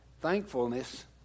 thankfulness